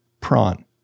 prawn